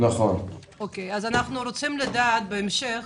אנחנו רוצים לדעת בהמשך,